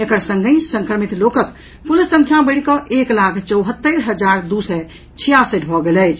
एकर संगहि संक्रमित लोकक कुल संख्या बढ़ि कऽ एक लाख चौहत्तरि हजार दू सय छियासठि भऽ गेल अछि